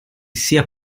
sia